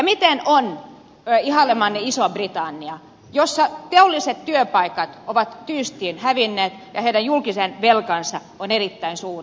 miten on ihailemanne ison britannian laita jossa teolliset työpaikat ovat tyystin hävinneet ja heidän julkinen velkansa on erittäin suuri